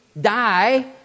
die